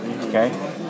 Okay